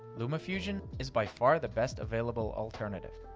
lumafusion is by far the best available alternative.